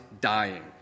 dying